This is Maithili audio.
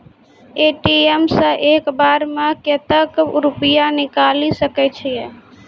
ए.टी.एम सऽ एक बार म कत्तेक रुपिया निकालि सकै छियै?